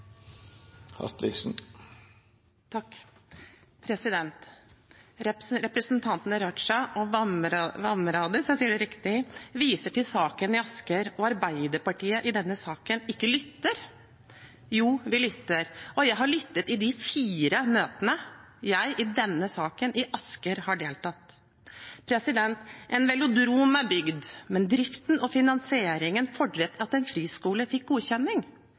Raja og Vamraak viser til saken i Asker og at Arbeiderpartiet i denne saken ikke lytter. Jo, vi lytter, og jeg har lyttet i de fire møtene jeg har deltatt i denne saken i Asker. En velodrom er bygd, men driften og finansieringen fordret at en friskole fikk godkjenning